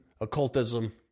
occultism